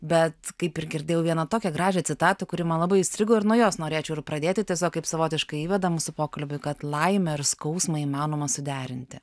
bet kaip ir girdėjau vieną tokią gražią citatą kuri man labai įstrigo ir nuo jos norėčiau ir pradėti tiesiog kaip savotišką įvadą mūsų pokalbiui kad laimę ir skausmą įmanoma suderinti